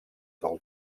del